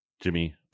Jimmy